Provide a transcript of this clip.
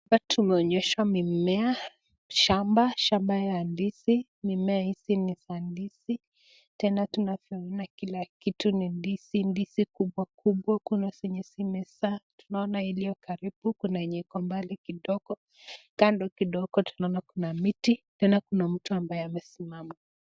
Hapa tumeonyeshwa mimea shamba, shamba ya ndizi. Mimea hivi ni za ndizi. Tena tunavyoona kila kitu ni ndizi. Ndizi kubwa kubwa , kuna zenye zimezaa. Tunaona iliyo karibu. Kuna yenye iko mbali kidogo. Kando kidogo tunaoana kuna miti. Tena kuna mtu ambaye amesimama.